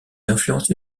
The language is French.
influencé